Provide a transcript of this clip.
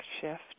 shift